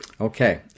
Okay